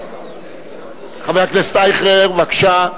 חבר הכנסת אייכלר, בבקשה.